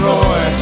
Roy